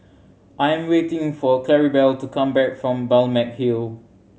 I am waiting for Claribel to come back from Balmeg Hill